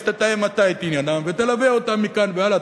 אז תתאם אתה את עניינם ותלווה אותם מכאן והלאה.